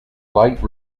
lite